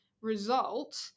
result